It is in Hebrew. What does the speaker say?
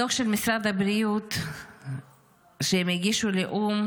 בדוח של משרד הבריאות שהגישו לאו"ם